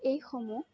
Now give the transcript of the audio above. এইসমূহ